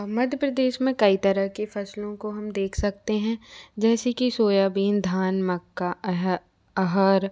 मध्य प्रदेश में कई तरह की फसलों को हम देख सकते हैं जैसे कि सोयाबीन धान मक्का अरहर